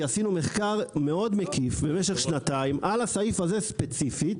כי עשינו מחקר מאוד מקיף במשך שנתיים על הסעיף הזה ספציפית